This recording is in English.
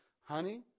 Honey